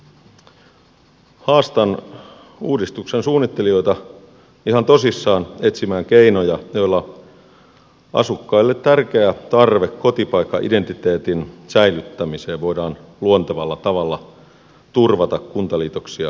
haastan uudistuksen suunnittelijoita ihan tosissaan etsimään keinoja joilla asukkaille tärkeä tarve kotipaikkaidentiteetin säilyttämiseen voidaan luontevalla tavalla turvata kuntaliitoksia toteutettaessa